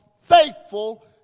faithful